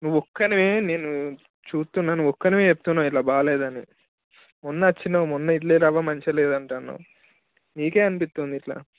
నువ్వు ఒక్కనివే నేను చూస్తున్నా నువ్వు ఒక్కనివే చెప్తున్నావు ఇట్లా బాగోలేదని మొన్న వచ్చినావు మొన్న ఇడ్లీరవ్వ మంచిగా లేదంటన్నావు నీకే అనిపిస్తుంది ఇట్లా